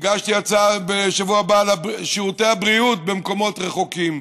הגשתי הצעה לשבוע הבא על שירותי הבריאות במקומות רחוקים,